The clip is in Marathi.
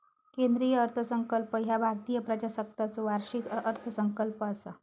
केंद्रीय अर्थसंकल्प ह्या भारतीय प्रजासत्ताकाचो वार्षिक अर्थसंकल्प असा